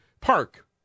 Park